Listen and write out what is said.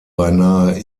beinahe